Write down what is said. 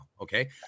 Okay